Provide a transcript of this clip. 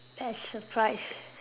a surprise